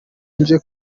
nje